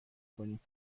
کنیم